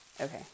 Okay